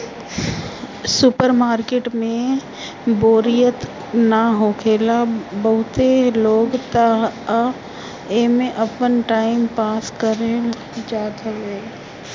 super market में बोरियत ना होखेला बहुते लोग तअ एमे आपन टाइम पास करे जात हवे